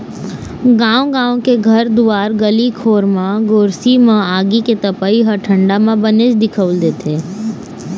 गाँव गाँव के घर दुवार गली खोर म गोरसी म आगी के तपई ह ठंडा म बनेच दिखउल देथे